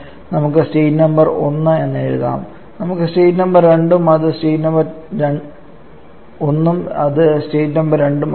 അതിനാൽ നമുക്ക് state number 1 എന്ന് എഴുതാം നമുക്ക് സ്റ്റേറ്റ് 1 ഉം ഇത് സ്റ്റേറ്റ് 2 ഉം ആകാം